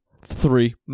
Three